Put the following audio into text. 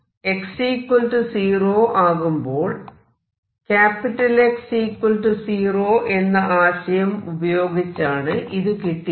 x 0 ആകുമ്പോൾ X 0 എന്ന ആശയം ഉപയോഗിച്ചാണ് ഇത് കിട്ടിയത്